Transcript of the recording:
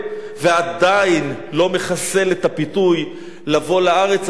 ועדיין לא מחסל את הפיתוי לבוא לארץ הזאת,